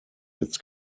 its